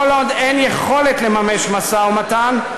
כל עוד אין יכולת לממש משא-ומתן,